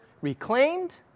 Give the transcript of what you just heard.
reclaimed